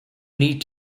need